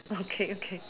okay okay